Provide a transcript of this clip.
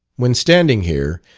when standing here,